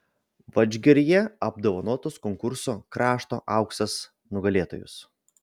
vadžgiryje apdovanos konkurso krašto auksas nugalėtojus